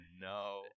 no